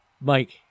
Mike